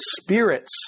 spirits